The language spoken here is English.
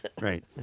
Right